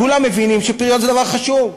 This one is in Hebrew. כולם מבינים שפריון זה דבר חשוב.